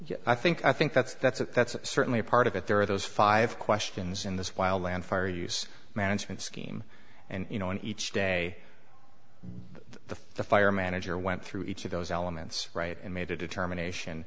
so i think i think that's that's a that's certainly part of it there are those five questions in this wild land fire use management scheme and you know in each day the fire manager went through each of those elements right and made a determination